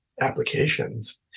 applications